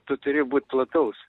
tu turi būt plataus